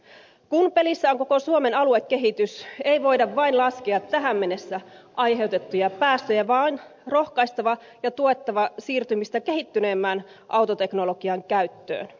kun pelissä on koko suomen aluekehitys ei voida vain laskea tähän mennessä aiheutettuja päästöjä vaan on rohkaistava ja tuettava siirtymistä kehittyneemmän autoteknologian käyttöön